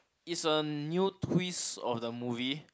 is a new twist of the movie